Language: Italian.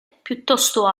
piuttosto